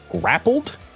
grappled